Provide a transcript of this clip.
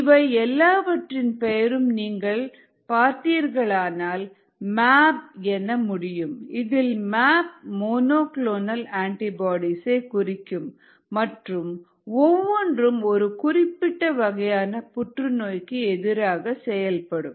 இவை எல்லாவற்றின் பெயரும் நீங்கள் பார்த்தீர்களானால் மேப் என்று முடியும் இதில் மேப் மோனோ குளோனல் அண்டிபோடீஸ் ஐ குறிக்கும் மற்றும் ஒவ்வொன்றும் ஒரு குறிப்பிட்ட வகையான புற்று நோய்க்கு எதிராக செயல்படும்